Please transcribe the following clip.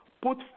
put